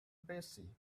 bessie